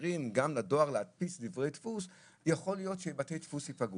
מאפשרים לדואר להדפיס אז יכול להיות שבתי הדפוס ייפגעו.